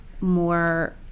more